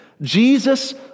Jesus